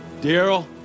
Daryl